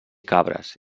cabres